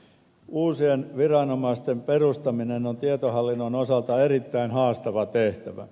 uusien viranomaisten perustaminen on tietohallinnon osalta erittäin haastava tehtävä